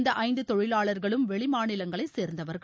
இந்த ஐந்து தொழிலாளர்களும் வெளி மாநிலங்களை சேர்ந்தவர்கள்